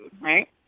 right